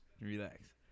Relax